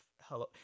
hello